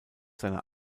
seiner